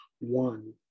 one